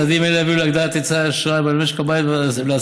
צעדים אלה יביאו להגדלת היצע האשראי למשקי הבית ולעסקים,